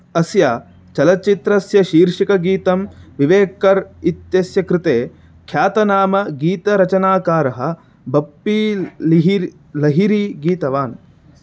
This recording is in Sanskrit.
अस्य चलच्चित्रस्य शीर्षिकगीतं विवेक्कर् इत्यस्य कृते ख्यातनाम गीतरचनाकारः बप्पी ल् लिहिर् लहिरी गीतवान्